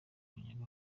yajyaga